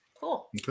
cool